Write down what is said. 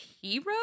hero